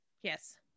yes